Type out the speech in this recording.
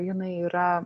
jinai yra